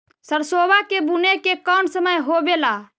सरसोबा के बुने के कौन समय होबे ला?